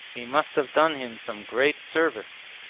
he must have done him some great service.